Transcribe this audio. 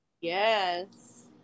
yes